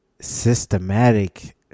systematic